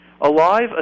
Alive